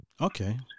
Okay